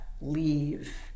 leave